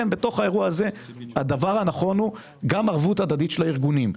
הדבר הנכון בתוך האירוע הזה הוא ערבות הדדית של הארגונים.